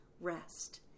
rest